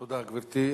תודה, גברתי.